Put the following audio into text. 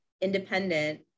independent